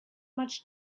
much